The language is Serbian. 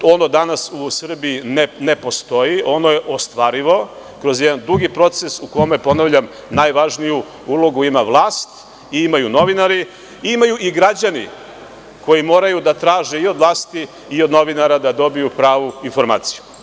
Ono danas u Srbiji ne postoji, ono je ostvarivo kroz jedan dugi proces u kome, ponavljam, najvažniju ulogu ima vlast i imaju novinari, a imaju i građani koji moraju da traže i od vlasti i od novinara da dobiju pravu informaciju.